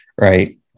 Right